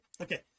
okay